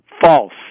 False